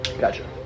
gotcha